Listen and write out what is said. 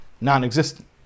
non-existent